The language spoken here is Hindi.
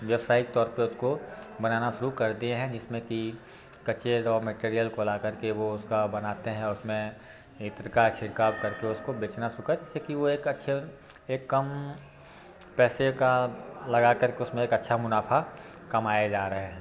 व्यावसयिक तौर पे उसको बनाना शुरू कर दिएँ हैं जिसमें कि कच्चे रॉ मैटेरियल को लाकर के वो उसका बनाते हैं उसमें इत्र का छिड़काव करके उसको बेचना शुरू कर जिससे कि वो एक अच्छे एक कम पैसे का लगाकर के उसमें एक अच्छा मुनाफ़ा कमाए जा रहे हैं